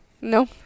No